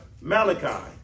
Malachi